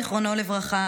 זיכרונו לברכה,